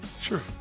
Sure